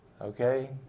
Okay